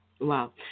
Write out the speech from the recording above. Wow